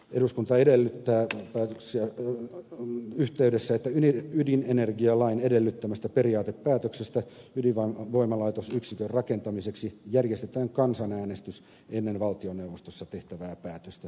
eduskunta edellyttää että ydinenergialain edellyttämästä periaatepäätöksestä ydinvoimalaitosyksikön rakentamiseksi järjestetään kansanäänestys ennen valtioneuvostossa tehtävää päätöstä